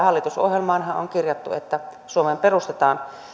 hallitusohjelmaanhan on kirjattu että suomeen perustetaan